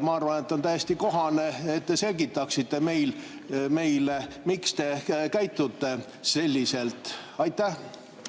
Ma arvan, et on täiesti kohane, et te selgitaksite meile, miks te käitute selliselt. Aitäh!